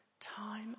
Time